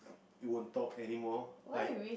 won't talk anymore like